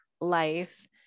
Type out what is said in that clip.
life